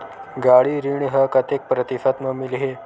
गाड़ी ऋण ह कतेक प्रतिशत म मिलही?